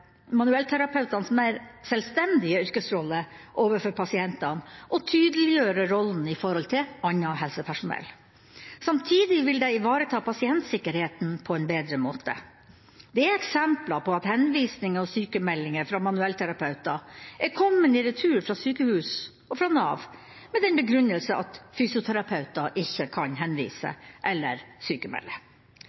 mer selvstendige yrkesrolle overfor pasientene og tydeliggjøre rollen i forhold til annet helsepersonell. Samtidig vil det ivareta pasientsikkerheten på en bedre måte. Det er eksempler på at henvisninger og sykemeldinger fra manuellterapeuter er kommet i retur fra sykehus og fra Nav, med den begrunnelse at fysioterapeuter ikke kan henvise eller sykemelde.